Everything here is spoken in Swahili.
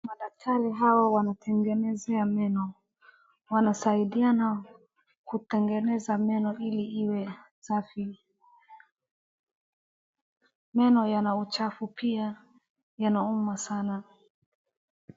madaktari hao wanatengeneza meno, wanasaidia kutengeneza meno hili yawe safi. Meno yana uchafu pia yanauma sana.